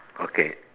okay